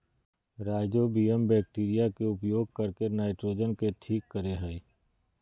rhizobium bacteria के उपयोग करके नाइट्रोजन के ठीक करेय हइ